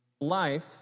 life